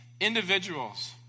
individuals